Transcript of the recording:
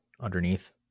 underneath